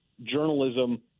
Journalism